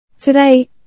Today